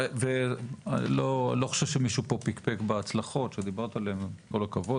בראשן מה שנאמר על הכשרות.